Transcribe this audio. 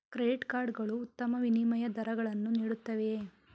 Credit card ಗಳು ಉತ್ತಮ ವಿನಿಮಯ ದರಗಳನ್ನು ನೀಡುತ್ತವೆಯೇ?